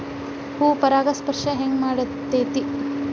ಹೂ ಪರಾಗಸ್ಪರ್ಶ ಹೆಂಗ್ ಮಾಡ್ತೆತಿ?